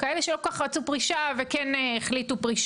כאלה שלא כל כך רצו פרישה והחליטו לפרוש